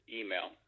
email